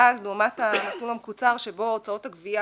לעומת המסלול המקוצר שבו הוצאות הגבייה